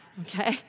Okay